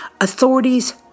Authorities